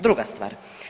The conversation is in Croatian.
Druga stvar.